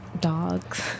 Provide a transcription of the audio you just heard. dogs